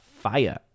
Fire